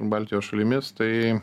baltijos šalimis tai